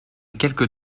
quelque